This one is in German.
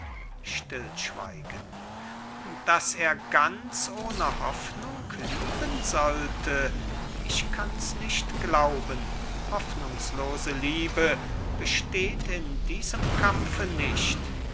stillschweigen daß er ganz ohne hoffnung lieben sollte ich kanns nicht glauben hoffnungslose liebe besteht in diesem kampfe nicht